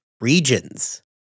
regions